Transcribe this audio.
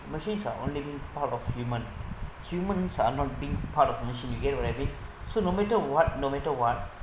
machines are only part of human humans are not being part of machine you get what I mean so no matter what no matter what